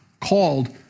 called